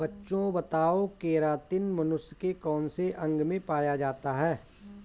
बच्चों बताओ केरातिन मनुष्य के कौन से अंग में पाया जाता है?